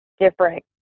different